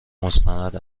مستند